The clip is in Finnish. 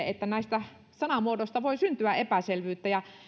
että näistä sanamuodoista voi syntyä epäselvyyttä